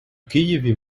києві